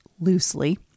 loosely